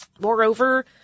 Moreover